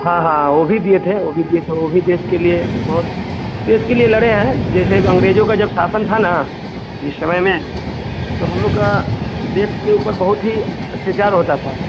हाँ हाँ वह भी दिए थे वह भी दिए थे वह भी देश के लिए बहुत देश के लिए लड़े हैं जैसे अंग्रेज़ों का जब शासन था ना जिस समय में तो हम लोग का देश के ऊपर बहुत ही अत्याचार होता था